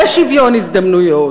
זה שוויון הזדמנויות,